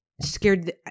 scared